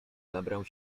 zabrał